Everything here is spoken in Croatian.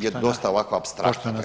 je dosta ovako apstraktna rekao bih.